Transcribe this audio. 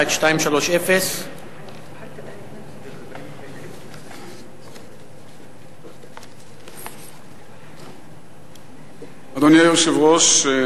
שאילתא 1230. אדוני היושב-ראש,